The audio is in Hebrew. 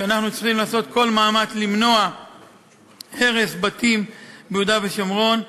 שאנחנו צריכים לעשות כל מאמץ למנוע הרס בתים ביהודה ושומרון.